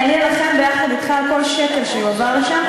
אני אלחם ביחד אתך על כל שקל שיועבר לשם,